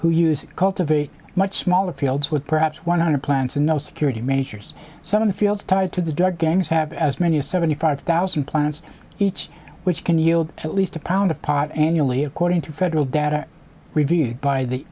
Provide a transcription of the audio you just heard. who use cultivate much smaller fields with perhaps one hundred plants and no security measures some of the fields tied to the drug gangs have as many as seventy five thousand plants each which can yield at least a pound of pot annually according to federal data review by the